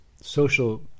social